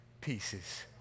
pieces